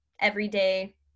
everyday